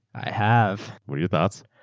i have. what are your thoughts?